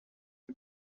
you